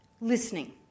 listening